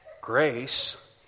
Grace